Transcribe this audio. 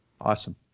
Awesome